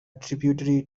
tributary